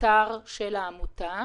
שבאתר של העמותה